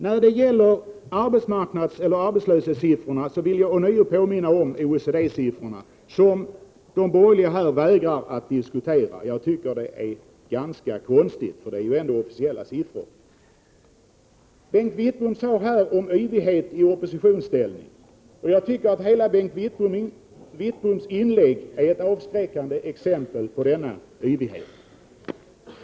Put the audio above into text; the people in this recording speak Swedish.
När det gäller arbetslöshetssiffrorna vill jag ånyo påminna om OECD siffrorna, som de borgerliga här vägrar att diskutera. Jag tycker att det är ganska konstigt, för det är officiella siffror. Bengt Wittbom talade om yvighet i oppositionsställning. Jag tycker att Bengt Wittboms hela inlägg är ett avskräckande exempel på sådan yvighet.